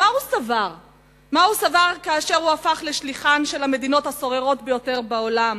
מה הוא סבר כאשר הוא הפך לשליחן של המדינות הסוררות ביותר בעולם,